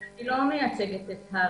אני לא מייצגת את הר"י.